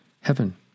heaven